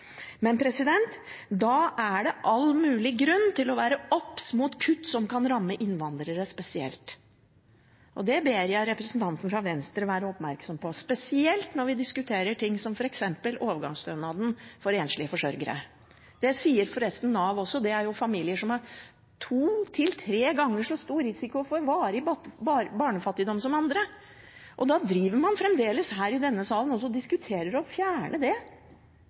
da er det all mulig grunn til å være obs på kutt som kan ramme innvandrere spesielt. Og det ber jeg representanten fra Venstre være oppmerksom på, spesielt når vi diskuterer f.eks. overgangsstønaden for enslige forsørgere. Det sier forresten også Nav, at dette er familier som har to til tre ganger så stor risiko for varig barnefattigdom som andre. Og da diskuterer man fremdeles her i denne salen å fjerne det. Det er en ordning som får folk i jobb, det